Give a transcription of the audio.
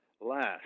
last